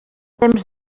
temps